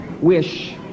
wish